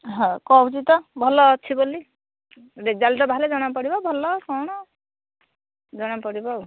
ହଁ କହୁଛି ତ ଭଲ ଅଛି ବୋଲି ରେଜଲ୍ଟ ବାହାରିଲେ ଜଣାପଡ଼ିବ ଭଲ କ'ଣ ଜଣାପଡ଼ିବ ଆଉ